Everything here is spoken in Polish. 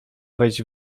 wejść